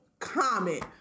comment